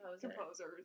composers